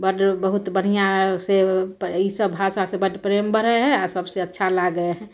बड्ड बहुत बढ़िआँसे ईसब भाषासे बड्ड प्रेम बढ़ै हइ आओर सबसे अच्छा लागै हइ